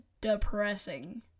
depressing